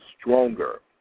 stronger